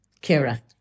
Kira